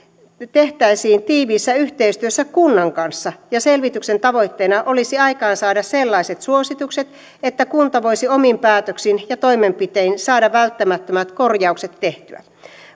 tehtäisiin tiiviissä yhteistyössä kunnan kanssa ja selvityksen tavoitteena olisi aikaansaada sellaiset suositukset että kunta voisi omin päätöksin ja toimenpitein saada välttämättömät korjaukset tehtyä